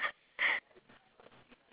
I can taste the country